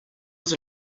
was